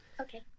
Okay